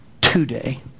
today